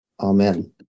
Amen